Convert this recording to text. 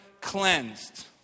cleansed